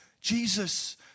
Jesus